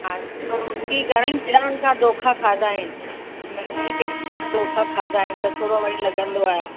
हा चयो ही घणनि ॼणनि खां धोखा खाधा आहिनि घणेई टेलरनि खां धोखा खाधा आहिनि त थोरो वरी लॻंदो आहे